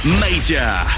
Major